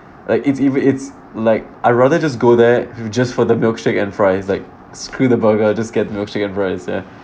like it's it's like I rather just go there just for the milkshake and fries like screw the burger just get the milkshake and fries ya